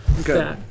Okay